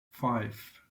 five